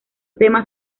temas